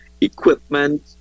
equipment